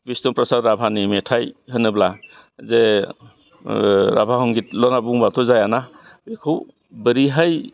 बिष्णु प्रसाद राभानि मेथाइ होनोब्ला जे राभा हंगिदल' होन्ना बुङोब्लाथ' जाया ना बेखौ बोरैहाय